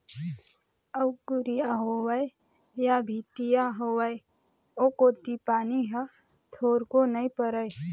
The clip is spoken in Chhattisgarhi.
अउ कुरिया होवय या भीतिया होवय ओ कोती पानी ह थोरको नइ परय